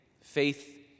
Faith